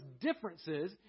differences